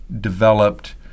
developed